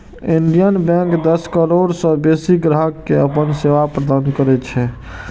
Indian Bank दस करोड़ सं बेसी ग्राहक कें अपन सेवा प्रदान करै छै